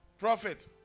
Profit